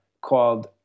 called